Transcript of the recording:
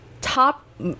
top